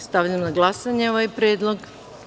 Stavljam na glasanje ovaj predlog.